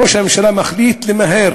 ראש הממשלה מחליט למהר